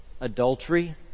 adultery